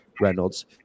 Reynolds